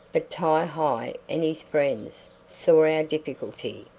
but ti-hi and his friends saw our difficulty,